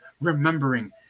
remembering